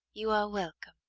you are welcome.